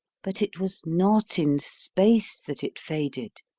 but it was not in space that it faded